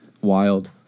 wild